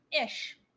Ish